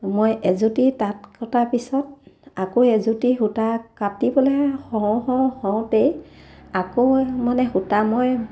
মই এযুতি তাঁত কটা পিছত আকৌ এযুতি সূতা কাটিবলৈ হওঁ হওঁ হওঁতেই আকৌ মানে সূতা মই